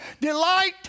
delight